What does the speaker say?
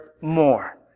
more